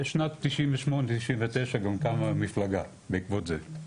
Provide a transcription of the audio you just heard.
בשנת 1998 1999 גם קמה המפלגה בעקבות זה.